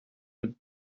would